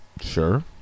Sure